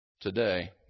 today